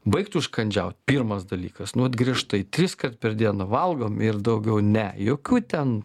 baigt užkandžiaut pirmas dalykas nu vat griežtai triskart per dieną valgom ir daugiau ne jokių ten